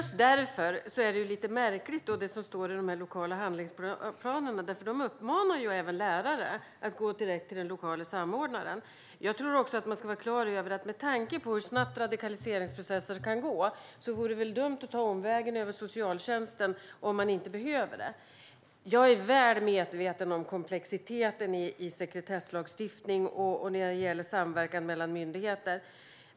Herr talman! Just därför är det som står i de lokala handlingsplanerna lite märkligt. Där uppmanas ju även lärare att gå direkt till den lokala samordnaren. Med tanke på hur snabbt radikaliseringsprocessen kan gå är det också dumt att ta omvägen över socialtjänsten om man inte behöver det. Jag är väl medveten om komplexiteten i sekretesslagstiftningen när det gäller samverkan mellan myndigheter.